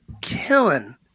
killing